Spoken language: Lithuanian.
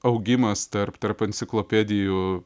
augimas tarp tarp enciklopedijų